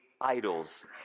idols